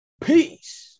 peace